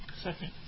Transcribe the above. Second